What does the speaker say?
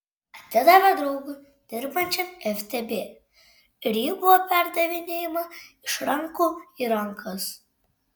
atidavė draugui dirbančiam ftb ir ji buvo perdavinėjama iš rankų į rankas